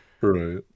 Right